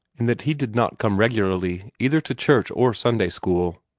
in that he did not come regularly either to church or sunday-school.